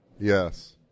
Yes